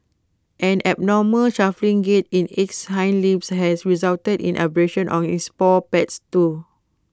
an abnormal shuffling gait in its hind limbs has resulted in abrasions on its paw pads too